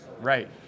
Right